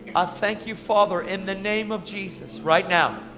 i thank you father, in the name of jesus, right now.